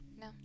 No